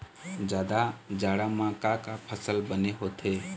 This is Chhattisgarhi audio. जादा जाड़ा म का का फसल बने होथे?